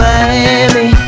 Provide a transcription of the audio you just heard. Miami